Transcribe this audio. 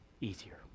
easier